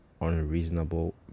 unreasonable